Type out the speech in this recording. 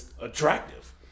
attractive